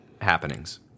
happenings